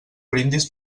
brindis